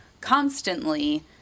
constantly